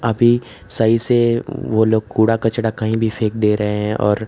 अभी सही से वह लोग कूड़ा कचरा कहीं भी फेंक दे रहे हैं और